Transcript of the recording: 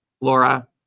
Laura